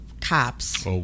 cops